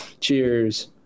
cheers